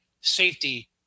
safety